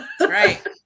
Right